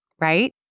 right